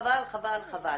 חבל, חבל, חבל, חבל.